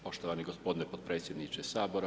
Poštovani gospodine potpredsjedniče Sabora.